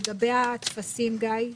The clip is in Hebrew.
לגבי הטפסים, גיא?